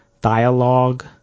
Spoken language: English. dialogue